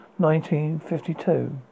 1952